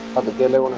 of the gala